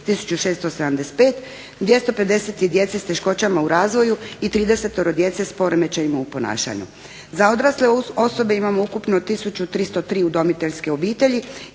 1675, 250 je djece s teškoćama u razvoju i 30 djece s poremećajima u ponašanju. Za odrasle osobe imamo ukupno 1303 udomiteljske obitelji